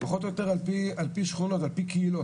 פחות או יותר על פי שכונות, ועל פי קהילות.